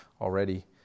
already